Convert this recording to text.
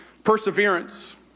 perseverance